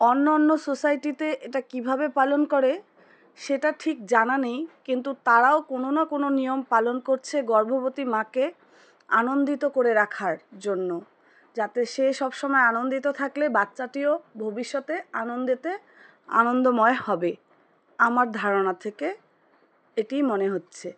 অন্য অন্য সোসাইটিতে এটা কীভাবে পালন করে সেটা ঠিক জানা নেই কিন্তু তারাও কোনো না কোনো নিয়ম পালন করছে গর্ভবতী মাকে আনন্দিত করে রাখার জন্য যাতে সে সব সময় আনন্দিত থাকলে বাচ্চাটিও ভবিষ্যতে আনন্দেতে আনন্দময় হবে আমার ধারণা থেকে এটি মনে হচ্ছে